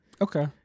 Okay